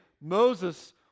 moses